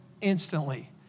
instantly